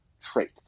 trait